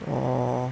orh